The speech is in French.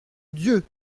dieu